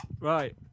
Right